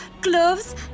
gloves